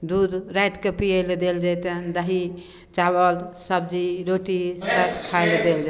दूध रातिके पिएले देल जैतेनि दही चावल सबजी रोटी सभ खाए लए देल जै